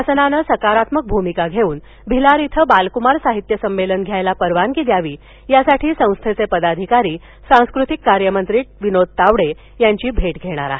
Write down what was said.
शासनानं सकारात्मक भूमिका घेऊन भिलार इथं बालक्मार साहित्य संमेलन घेण्यास परवानगी द्यावी यासाठी संस्थेचे पदाधिकारी सांस्कृतिककार्य मंत्री विनोद तावडे यांची भेट घेणार आहेत